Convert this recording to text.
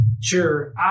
Sure